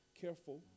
careful